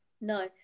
No